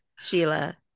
Sheila